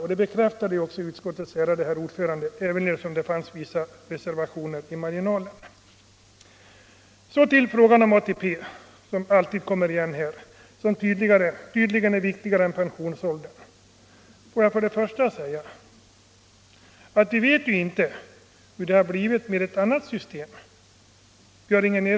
Detsamma bekräftade utskottets ärade herr ordförande, även om det fanns vissa reservationer i marginalen. Så till frågan om ATP, som alltid kommer tillbaka och som tydligen är viktigare än frågan om sänkning av pensionsåldern! För det första vet vi inte hur det hade blivit med ett annat system.